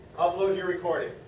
upload your recording.